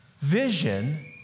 vision